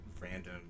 random